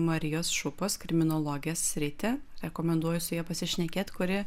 marijos šupas kriminologės sritį rekomenduoju su ja pasišnekėt kuri